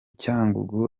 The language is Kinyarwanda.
cyangugu